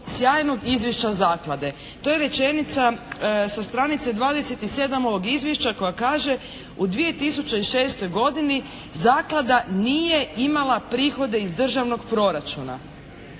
To je rečenica sa stranice 27. ovog izvješća koja kaže u 2006. godini zaklada nije imala prihode iz državnog proračuna,